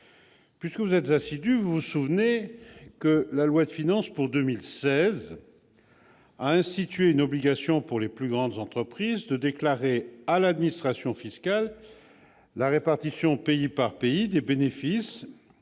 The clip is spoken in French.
et vous souvenez sans doute, en particulier, que la loi de finances pour 2016 a institué une obligation, pour les plus grandes entreprises, de déclarer à l'administration fiscale la répartition pays par pays des bénéfices